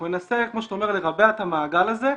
אנחנו ננסה, כמו שאתה אומר, לרבע את המעגל הזה,